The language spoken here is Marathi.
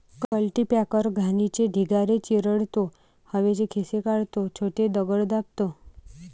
कल्टीपॅकर घाणीचे ढिगारे चिरडतो, हवेचे खिसे काढतो, छोटे दगड दाबतो